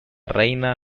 reina